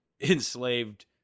enslaved